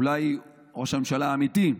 אולי ראש הממשלה האמיתי,